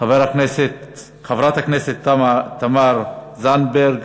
חברת הכנסת תמר זנדברג,